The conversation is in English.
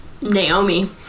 Naomi